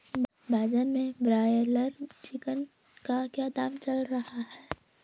बाजार में broiler chicken का क्या दाम चल रहा है?